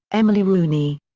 emily rooney.